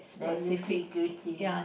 then integrity